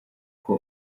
uko